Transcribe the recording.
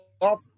off